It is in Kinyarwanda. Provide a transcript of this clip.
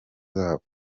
zabo